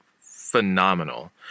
phenomenal